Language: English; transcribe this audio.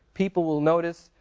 people will notice,